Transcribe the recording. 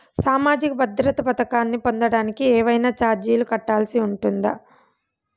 సామాజిక భద్రత పథకాన్ని పొందడానికి ఏవైనా చార్జీలు కట్టాల్సి ఉంటుందా?